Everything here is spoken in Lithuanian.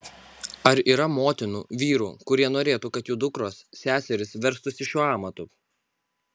ar yra motinų vyrų kurie norėtų kad jų dukros seserys verstųsi šiuo amatu